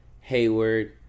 Hayward